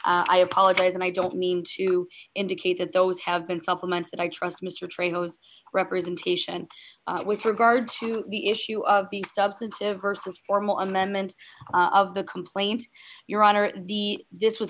i apologize and i don't mean to indicate that those have been supplements that i trust mr train those representation with regard to the issue of the substantive versus formal amendment of the complaint your honor the this was